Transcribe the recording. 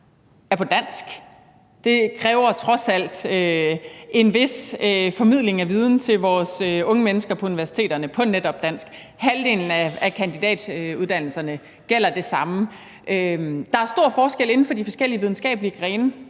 er på dansk. Det kræver trods alt en vis formidling af viden til vores unge mennesker på universiteterne på netop dansk. For halvdelen af kandidatuddannelserne gælder det samme. Der er stor forskel inden for de forskellige videnskabelige grene.